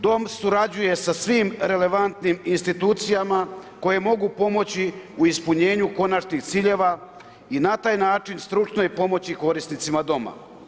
Dom surađuje sa svim relevantnim institucijama koje mogu pomoći u ispunjenju konačnih ciljeva i na taj način stručno pomoći korisnicima doma.